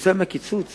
בגלל הקיצוץ